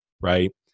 Right